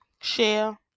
share